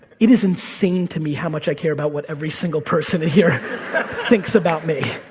it is insane to me how much i care about what every single person in here thinks about me.